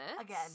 Again